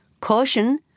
Caution